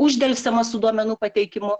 uždelsiama su duomenų pateikimu